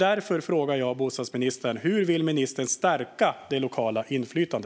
Därför frågar jag bostadsministern: Hur vill ministern stärka det lokala inflytandet?